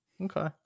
okay